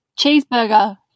cheeseburger